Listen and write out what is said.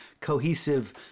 cohesive